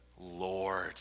Lord